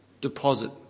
deposit